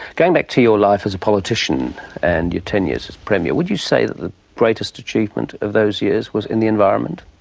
going back to your life as a politician and your ten years as premier, would you say that the greatest achievement of those years was in the environment?